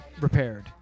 repaired